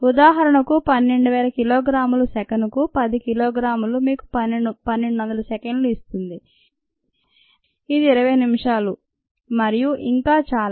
ఉదాహరణకు 12000 కిలోగ్రాములు సెకనుకు 10 కిలోగ్రాములు మీకు 1200 సెకన్లు ఇస్తుంది ఇది 20 నిమిషాలు మరియు ఇంకా చాలా